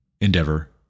endeavor